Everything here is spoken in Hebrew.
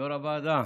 יו"ר הוועדה,